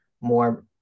more